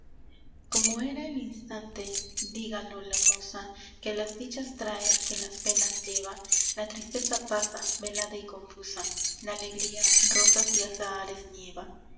como era el instante dígalo la musa que las dichas trae que las penas lleva la tristeza pasa velada y confusa la alegría rosas y azahares nieva